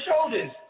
shoulders